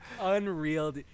Unreal